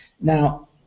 Now